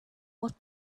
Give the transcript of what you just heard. what